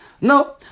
No